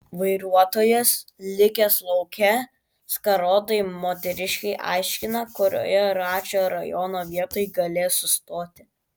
vairuotojas likęs lauke skarotai moteriškei aiškina kurioje račio rajono vietoj galės sustoti